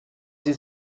sie